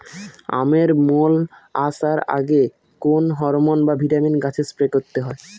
আমের মোল আসার আগে কোন হরমন বা ভিটামিন গাছে স্প্রে করতে হয়?